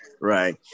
Right